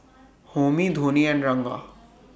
Homi Dhoni and Ranga